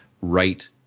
right